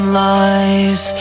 lies